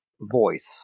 voice